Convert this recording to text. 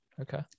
okay